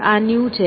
આ ન્યુ છે